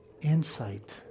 insight